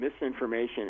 misinformation